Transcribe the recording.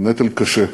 זה נטל קשה.